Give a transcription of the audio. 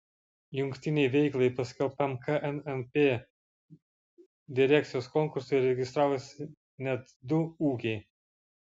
jungtinei veiklai paskelbtam knnp direkcijos konkursui registravosi net du ūkiai